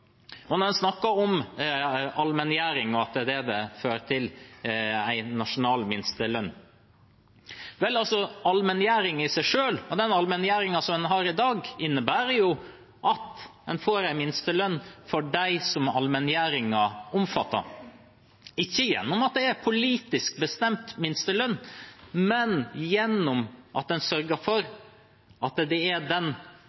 En snakker om allmenngjøring, og at det vil føre til en nasjonal minstelønn: Allmenngjøring i seg selv og den allmenngjøringen som en har i dag, innebærer jo at en får en minstelønn for dem som allmenngjøringen omfatter – ikke gjennom at det er en politisk bestemt minstelønn, men gjennom at en sørger for at det er den